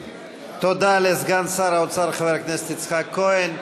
תודה לסגן שר האוצר חבר הכנסת יצחק כהן.